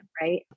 right